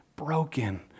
broken